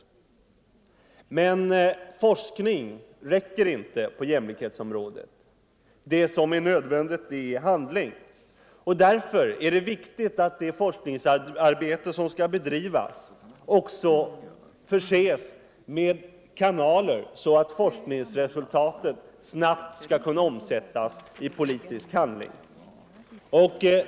Men forskning räcker inte på jämlikhetsområdet. Det som är nödvändigt är handling, och därför är det — Handlingsprogram viktigt att det forskningsarbete som skall bedrivas också förses med ka = för jämlikhetspolinaler så att forskningsresultatet snabbt skall kunna omsättas i politisk — tik, m.m. handling.